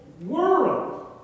world